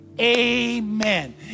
Amen